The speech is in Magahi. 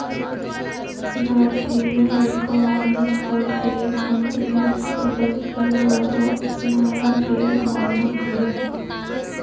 भारतीय लेखा मानक भारतीय कंपनि सभके द्वारा अपनाएल गेल मानक हइ